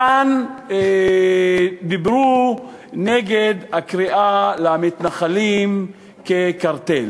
כאן דיברו נגד הקריאה למתנחלים כקרטל.